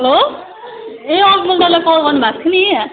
hello ए अघि मलाई तपाईँले कल गर्नु भएको थियो नि